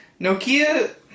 Nokia